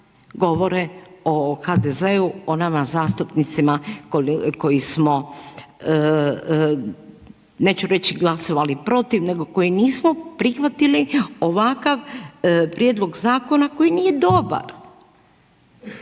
govore o HDZ-u, ona ma zastupnicima koji smo, neću reći glasovali protiv, nego koji nismo prihvatili ovakav prijedlog zakona koji nije dobar.